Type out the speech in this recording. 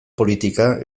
politika